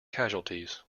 casualties